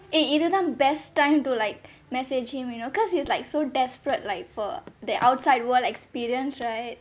!yay! இதுதான்:ithuthaan best time to like message him you know because he's like so desperate like for the outside world experience right